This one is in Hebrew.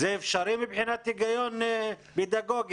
זה אפשרי מבחינת היגיון פדגוגי?